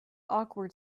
awkward